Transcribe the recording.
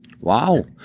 Wow